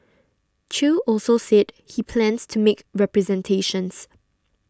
Chew also said he plans to make representations